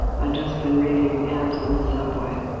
i'd just been reading ads on the subway,